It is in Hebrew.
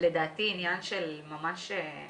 לדעתי זה עניין של השבועות הקרובים.